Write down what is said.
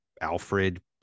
Alfred